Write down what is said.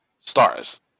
stars